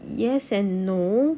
yes and no